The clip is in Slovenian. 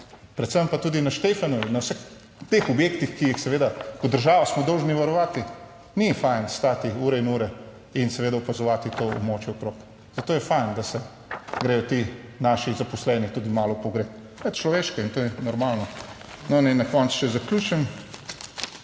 predvsem pa tudi na Štefanovi, na vseh teh objektih, ki jih seveda kot država smo dolžni varovati, ni fajn stati ure in ure in seveda opazovati to območje okrog, zato je fajn, da se gredo ti naši zaposleni tudi malo pogreti. To je človeško in to je normalno. No, naj na koncu še zaključim,